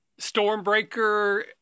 stormbreaker